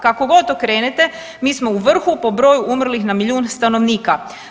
Kako god okrenete mi smo u vrhu po broju umrlih na milijun stanovnika.